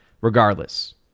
Regardless